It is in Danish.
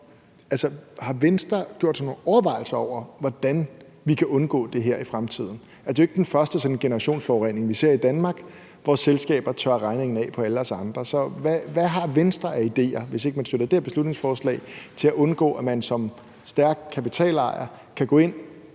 har Venstre gjort sig nogle overvejelser over, hvordan vi kan undgå det her i fremtiden? Det er jo ikke sådan den første generationsforurening, vi ser i Danmark, hvor selskaber tørrer regningen af på alle os andre. Så hvad har Venstre af idéer, hvis ikke de støtter det her beslutningsforslag, til at undgå, at man som stærk kapitalejer kan gå ind